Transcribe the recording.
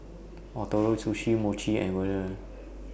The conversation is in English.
Ootoro Sushi Mochi and